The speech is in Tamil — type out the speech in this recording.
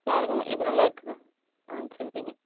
பாருங்க இது நல்லா இருக்கா ஆ சரிங்க